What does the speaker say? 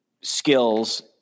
skills